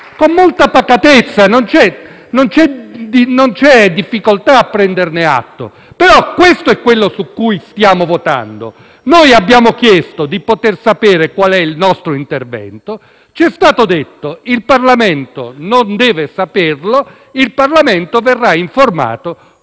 Con molta pacatezza: non c'è difficoltà a prenderne atto, ma questo è quanto stiamo votando. Noi abbiamo chiesto di sapere qual è il nostro intervento. Ci è stato detto che il Parlamento non deve saperlo e verrà informato